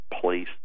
place